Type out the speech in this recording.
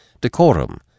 decorum